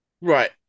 Right